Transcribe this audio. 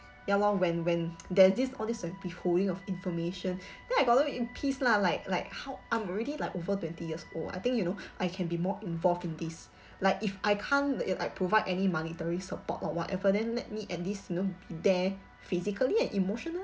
ya lor when when there's this all this like beholding of information then I got no in peace lah like like how I'm already like over twenty years old I think you know I can be more involved in this like if I can't like provide any monetary support or whatever then let me at least you know be there physically and emotionally